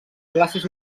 classes